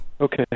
Okay